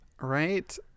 Right